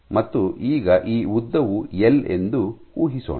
ಈಗ ಈ ಉದ್ದವು ಎಲ್ ಎಂದು ಊಹಿಸೋಣ